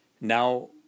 Now